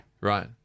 Right